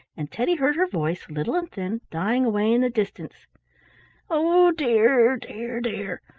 and teddy heard her voice, little and thin, dying away in the distance oh dear, dear, dear!